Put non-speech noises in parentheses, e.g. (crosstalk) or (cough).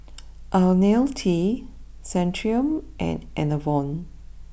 (noise) Ionil T Centrum and Enervon